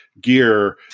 gear